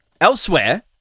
elsewhere